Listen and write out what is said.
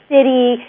City